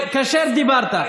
כאשר דיברת.